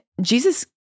Jesus